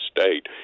state